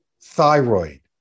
thyroid